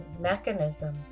mechanism